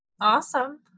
Awesome